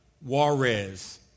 Juarez